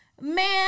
Man